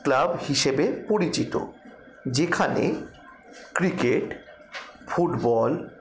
club হিসেবে পরিচিত যেখানে ক্রিকেট ফুটবল